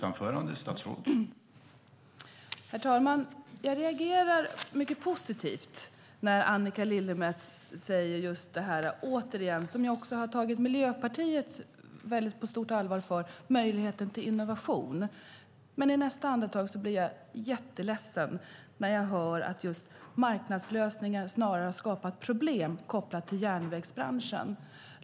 Herr talman! Jag reagerar mycket positivt när Annika Lillemets återigen nämner just - och där har jag tagit Miljöpartiet på stort allvar - möjligheten till innovation. Men jag blir jätteledsen när jag hör att hon i nästa andetag säger att just marknadslösningar snarare har skapat problem kopplat till järnvägsbranschen.